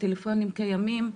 הטלפונים קיימים,